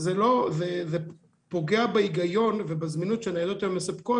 זה פוגע בהיגיון ובזמינות שהניידות מספקות.